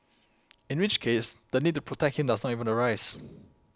in which case the need to protect him does not even arise